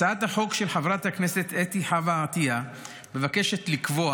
הצעת החוק של חברת הכנסת אתי חוה עטייה מבקשת לקבוע